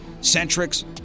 Centric's